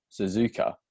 Suzuka